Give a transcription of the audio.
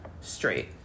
straight